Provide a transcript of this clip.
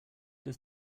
does